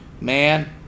man